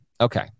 Okay